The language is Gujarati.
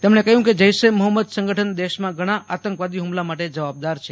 તેમણે કહ્યું કે જૈશ એ મહંમદ સંગઠન દેશમાં ઘણા આતંકવાદી હુમલા માટે જવાબદાર છે